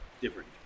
Different